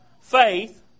faith